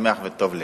שמח וטוב לב.